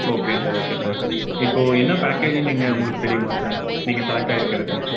okay sir okay sir இப்போது என்ன பேக்கேஜுன்னு நீங்கள் உங்களுக்கு தெரியுமா சார் நீங்கள் செலக்ட் ஆகிருக்கிறது